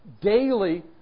daily